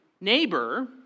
neighbor